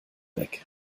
weg